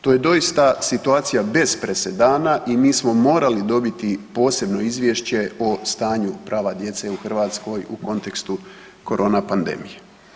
To je doista situacija bez presedana i mi smo morali dobiti posebno izvješće o stanju prava djece u Hrvatskoj u kontekstu korona pandemije.